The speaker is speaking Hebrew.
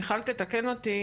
מיכל תתקן את זה,